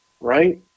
right